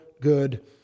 good